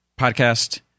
podcast